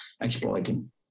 exploiting